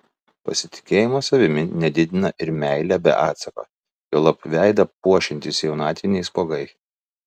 pasitikėjimo savimi nedidina ir meilė be atsako juolab veidą puošiantys jaunatviniai spuogai